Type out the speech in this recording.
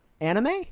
anime